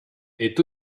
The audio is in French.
est